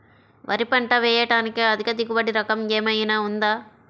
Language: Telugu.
వరి పంట వేయటానికి అధిక దిగుబడి రకం ఏమయినా ఉందా?